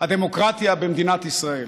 הדמוקרטיה במדינת ישראל.